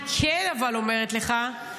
אבל אני כן אומרת לך,